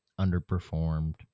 underperformed